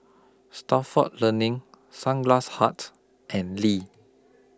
Stalford Learning Sunglass Hut and Lee